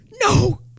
No